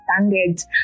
standards